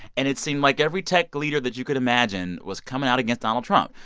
and it seemed like every tech leader that you could imagine was coming out against donald trump.